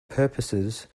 purposes